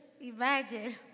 Imagine